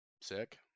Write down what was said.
Sick